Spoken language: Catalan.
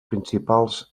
principals